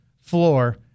floor